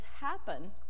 happen